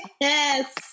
Yes